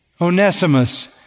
Onesimus